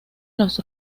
los